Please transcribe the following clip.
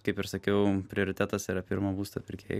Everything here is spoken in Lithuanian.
kaip ir sakiau prioritetas yra pirmo būsto pirkėjai